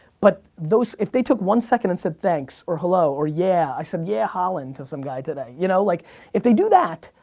but if they took one second and said thanks, or hello, or yeah, i said yeah, holland to some guy today, you know, like if they do that,